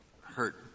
hurt